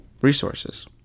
resources